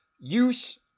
use